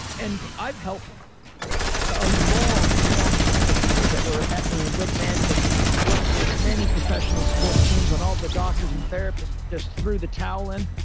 and i've helped a long, long string of people that were at their wit's end and worked for many professional sports teams. when all the doctors and therapists just threw the towel in.